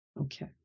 Okay